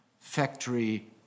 factory